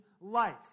life